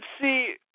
see